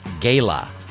Gala